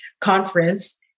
conference